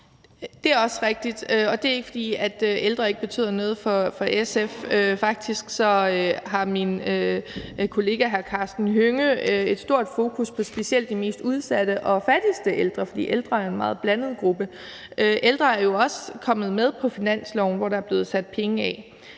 Det er også rigtigt, og det er ikke, fordi ældre ikke betyder noget for SF. Faktisk har min kollega, hr. Karsten Hønge, et stort fokus på specielt de mest udsatte og fattigste ældre, for ældre er en meget blandet gruppe. Ældre er jo også kommet med på finansloven, hvor der er blevet sat penge af